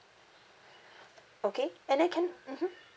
okay and then can mmhmm